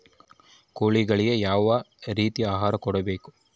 ಕೋಳಿಗಳಿಗೆ ಯಾವ ರೇತಿಯ ಆಹಾರ ಕೊಡಬೇಕು?